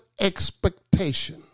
expectation